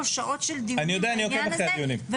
שעות של דיונים בעניין הזה -- אני יודע,